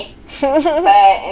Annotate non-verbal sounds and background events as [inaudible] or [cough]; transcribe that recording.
[laughs]